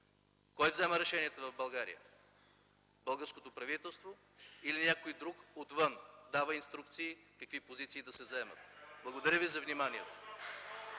кой взима решенията в България – българското правителство или някой друг отвън дава инструкции какви позиции да се заемат? Благодаря ви за вниманието.